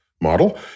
model